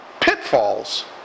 pitfalls